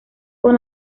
con